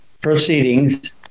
proceedings